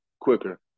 quicker